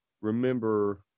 remember